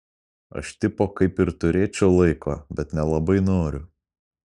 aš tipo kaip ir turėčiau laiko bet nelabai noriu